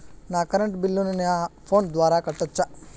నా కరెంటు బిల్లును నా ఫోను ద్వారా కట్టొచ్చా?